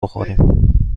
بخوریم